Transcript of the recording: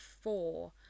four